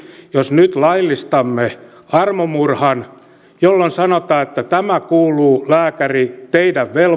jos nyt laillistaisimme armomurhan kuinka kauan siinä menisi että sanotaan että kuuluu lääkäri teidän